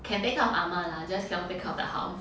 can take care of ah ma lah just cannot take care of the house